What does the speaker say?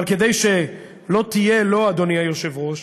אבל כדי שלא תהיה לו, אדוני היושב-ראש,